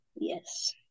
Yes